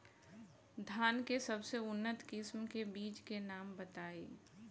धान के सबसे उन्नत किस्म के बिज के नाम बताई?